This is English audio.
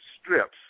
strips